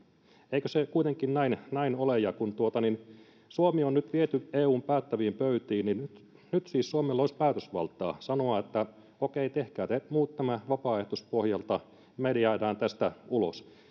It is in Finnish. eikö se kuitenkin näin näin ole ja kun suomi on nyt viety eun päättäviin pöytiin niin nyt siis suomella olisi päätösvaltaa sanoa että okei tehkää te muut tämä vapaaehtoispohjalta me jäämme tästä ulos